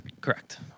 Correct